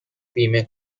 بیمه